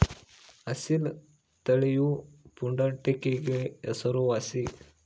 ಅಸೀಲ್ ತಳಿಯು ಪುಂಡಾಟಿಕೆಗೆ ಹೆಸರುವಾಸಿ